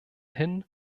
hin